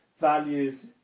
values